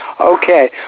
Okay